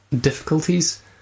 difficulties